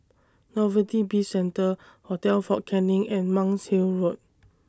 Novelty Bizcentre Hotel Fort Canning and Monk's Hill Road